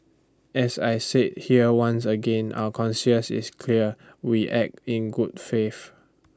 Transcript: as I said here once again our concierge is clear we act in good faith